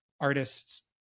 artists